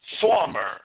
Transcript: former